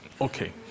Okay